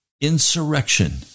insurrection